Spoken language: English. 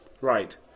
Right